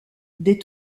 des